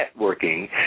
networking